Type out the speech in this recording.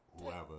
whoever